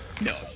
No